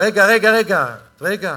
רגע, רגע, רגע.